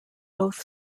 both